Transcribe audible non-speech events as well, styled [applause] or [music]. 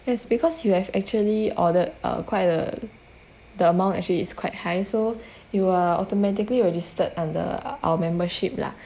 yes because you have actually ordered err quite a the amount actually is quite high so [breath] you are automatically registered under our membership lah